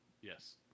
Yes